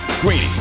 Greeny